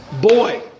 boy